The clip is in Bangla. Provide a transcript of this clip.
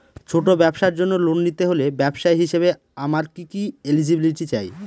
ছোট ব্যবসার জন্য লোন নিতে হলে ব্যবসায়ী হিসেবে আমার কি কি এলিজিবিলিটি চাই?